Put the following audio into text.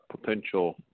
potential